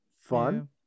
fun